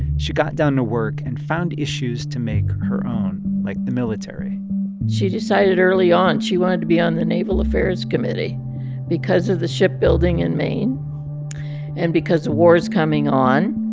she got down to work and found issues to make her own, like the military she decided early on she wanted to be on the naval affairs committee because of the shipbuilding in maine and because a war is coming on.